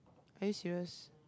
are you serious